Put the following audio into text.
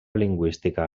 lingüística